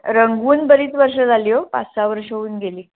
रंगवून बरीच वर्षं झाली हो पाच सहा वर्षं होऊन गेली